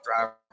driver